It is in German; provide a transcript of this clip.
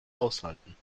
aushalten